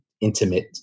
intimate